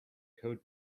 code